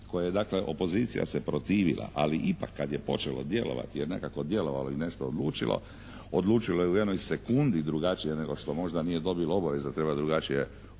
koji dakle opozicija se protivila, ali ipak kad je počelo djelovati je nekako djelovalo ili nešto odlučilo, odlučilo je u jednoj sekundi drugačije nego što možda nije dobilo obavijest da treba drugačije odlučiti